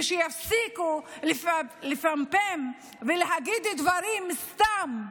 ושיפסיקו לפמפם ולהגיד דברים סתם,